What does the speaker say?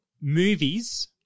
movies